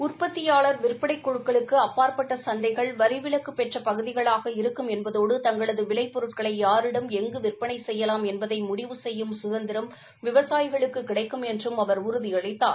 உற்பத்தியாளர் விற்பனைக் குழுக்களுக்கு அப்பாற்பட்ட சந்தைகள் வரிவிலக்கு பெற்ற பகுதிகளாக இருக்கும் என்பதோடு தங்களது விளைபொருட்களை யாரிடம் எங்கு விற்பனை செய்யலாம் என்பதை முடிவு செய்யும் சுதந்திரம் விவசாயிகளுக்கு கிடைக்கும் என்றும் அவர் உறுதியளித்தார்